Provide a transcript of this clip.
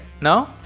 No